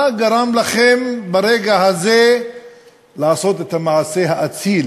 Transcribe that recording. מה גרם לכם ברגע הזה לעשות את המעשה האציל